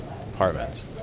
apartments